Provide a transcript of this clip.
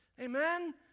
Amen